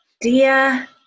dear